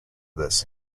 this